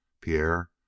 Pierre